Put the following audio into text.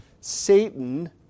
Satan